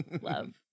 Love